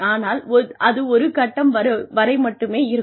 ஆனால் அது ஒரு கட்டம் வரை மட்டுமே இருக்கும்